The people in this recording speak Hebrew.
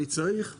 אני צריך הדרכה.